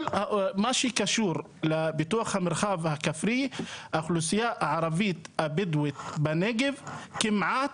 כל מה שקשור לפיתוח המרחב הכפרי האוכלוסייה הערבית הבדואית בנגב כמעט,